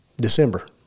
December